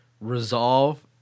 resolve